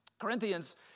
Corinthians